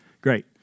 Great